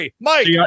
Mike